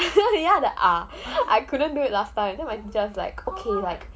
ya the ah I couldn't do it last time and then my teacher was like okay like